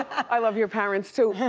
i love your parents too.